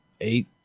eight